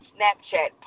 Snapchat